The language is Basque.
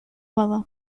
bada